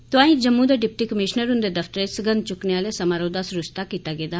तोआईं जम्मू दे deputy commissioner हुंदे दफ्तर च सगंघ चुक्कने आह्ले समारोह दा सरिस्ता कीता गेआ